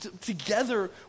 together